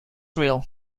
real